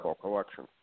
collection